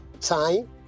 time